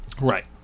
Right